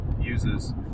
uses